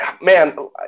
man